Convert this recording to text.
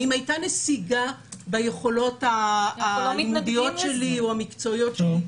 האם הייתה נסיגה ביכולות לימודיות שלי או המקצועיות שלי.